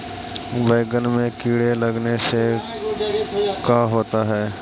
बैंगन में कीड़े लगने से का होता है?